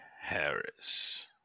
Harris